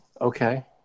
Okay